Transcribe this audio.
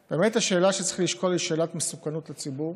השאלה שצריך לשקול היא באמת שאלת המסוכנות לציבור